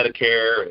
Medicare